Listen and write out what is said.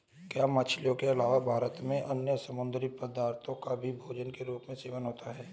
क्या मछलियों के अलावा भारत में अन्य समुद्री पदार्थों का भी भोजन के रूप में सेवन होता है?